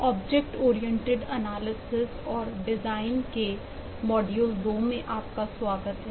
object oriented analysis और design के module 2 में आपका स्वागत है